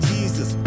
Jesus